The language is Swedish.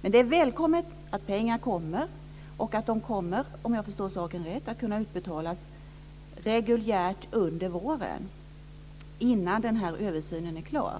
Men det är välkommet att pengar tagits fram och att de, om jag förstår saken rätt, kommer att kunna utbetalas reguljärt under våren innan översynen blivit klar.